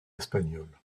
espagnole